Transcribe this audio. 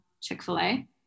Chick-fil-A